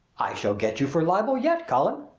i shall get you for libel yet, cullen!